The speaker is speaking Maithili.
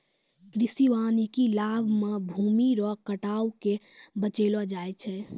कृषि वानिकी लाभ मे भूमी रो कटाव के बचैलो जाय छै